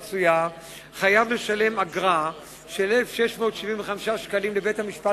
חייב לשלם אגרה של 1,674 שקלים לבית-המשפט